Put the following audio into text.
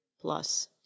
plus